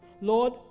Lord